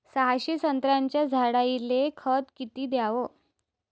सहाशे संत्र्याच्या झाडायले खत किती घ्याव?